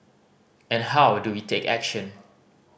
and how do we take action